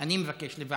ישבתי איתו.